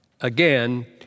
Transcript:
again